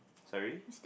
sorry